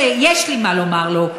שיש לי מה לומר לו.